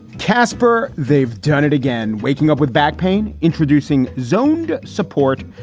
casper, they've done it again, waking up with back pain, introducing zone support,